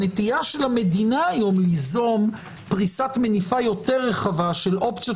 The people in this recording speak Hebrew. הנטייה של המדינה היום ליזום פרישת מניפה יותר רחבה של אופציות